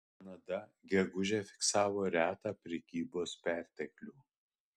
kanada gegužę fiksavo retą prekybos perteklių